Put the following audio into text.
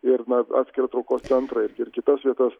ir na atskirą traukos centrą ir ir kitas vietas